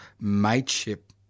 mateship